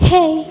Hey